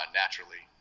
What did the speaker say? naturally